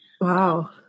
Wow